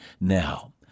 now